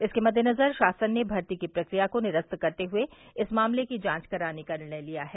इसके मद्दे नजर शासन ने भर्ती की प्रक्रिया को निरस्त करते हुए इस मामले की जांच कराने का निर्णय लिया है